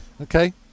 Okay